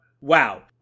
Wow